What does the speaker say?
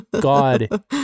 God